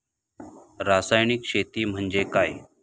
रासायनिक शेती म्हणजे काय?